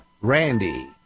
Randy